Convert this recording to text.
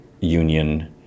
union